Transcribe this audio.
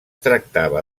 tractava